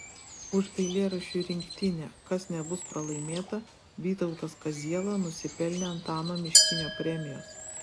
už eilėraščių rinktinę kas nebus pralaimėta vytautas kaziela nusipelnė antano miškinio premijos